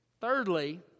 Thirdly